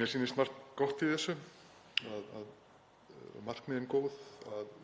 Mér sýnist margt gott í þessu og markmiðin góð, að